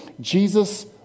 Jesus